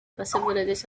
possibilities